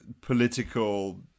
political